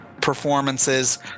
performances